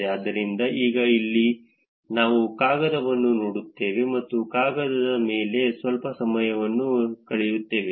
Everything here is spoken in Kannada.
ಆದ್ದರಿಂದ ಈಗ ಇಲ್ಲಿ ನಾವು ಕಾಗದವನ್ನು ನೋಡುತ್ತೇವೆ ಮತ್ತು ಕಾಗದದ ಮೇಲೆ ಸ್ವಲ್ಪ ಸಮಯವನ್ನು ಕಳೆಯುತ್ತೇವೆ